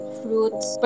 fruits